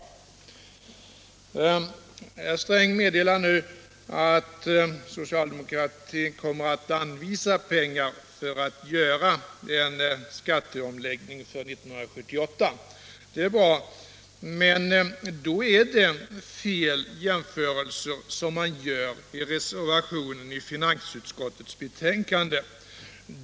Herr Sträng meddelar nu att socialdemokratin kommer att anvisa pengar för att möjliggöra en skatteomläggning för 1978. Det är bra. Men 95 då är det en felaktig jämförelse som man gör i reservationen 3 vid finansutskottets betänkande.